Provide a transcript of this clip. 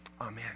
Amen